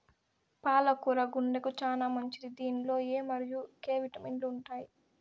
పాల కూర గుండెకు చానా మంచిది దీనిలో ఎ మరియు కే విటమిన్లు ఉంటాయి